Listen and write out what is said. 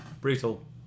brutal